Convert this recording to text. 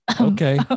Okay